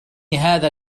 هذا